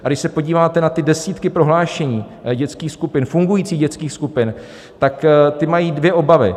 A když se podíváte na ty desítky prohlášení dětských skupin, fungujících dětských skupin, tak ty mají dvě obavy.